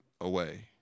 away